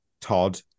Todd